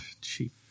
Cheap